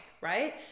right